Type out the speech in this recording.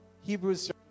Hebrews